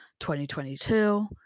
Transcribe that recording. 2022